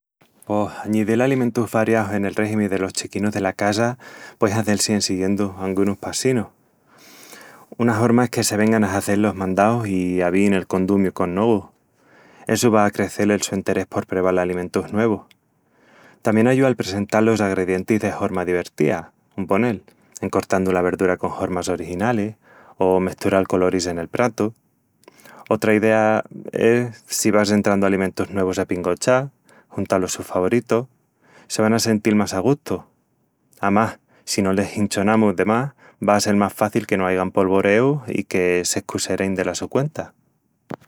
Pos.. añidil alimentus variaus en el régimi delos chiquinus dela casa puei hazel-si en siguiendu angunus passinus. Una horma es que se vengan a hazel los mandaus i aviin el condumiu con nogu. Essu va a acrecel el su enterés por preval alimentus nuevus. Tamién ayúa el presental los agredientis de horma divertía, un ponel, en cortandu la verdura con hormas originalis o mestural coloris en el pratu. Otra idea: es si vas entrandu alimentus nuevus a pingochás, junta los sus favoritus,,se van a sentil más a gustu. Amás, si no les hinchonamus de más, va a sel más faci que no aigan polvoreus i que s'escuserein dela su cuenta.